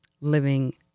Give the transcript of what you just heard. living